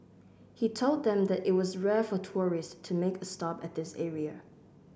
he told them that it was rare for tourists to make a stop at this area